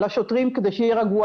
לשוטרים כדי שיירגעו.